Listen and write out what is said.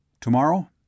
Tomorrow